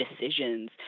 decisions